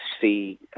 see